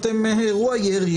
אירוע ירי,